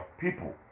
people